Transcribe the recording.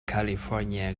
california